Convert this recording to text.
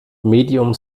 medium